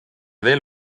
veel